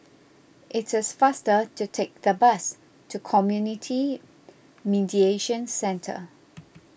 it is faster to take the bus to Community Mediation Centre